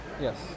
yes